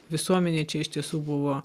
visuomenė čia iš tiesų buvo